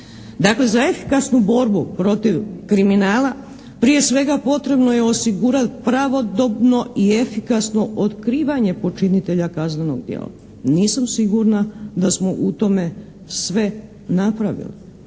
Dakle, za efikasnu borbu protiv kriminala prije svega, potrebno je osigurati pravodobno i efikasno otkrivanje počinitelja kaznenog djela. Nisam sigurna da smo u tome sve napravili.